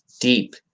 deep